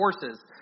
horses